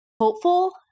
hopeful